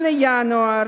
אדוני